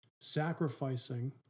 sacrificing